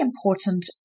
important